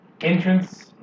entrance